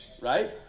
right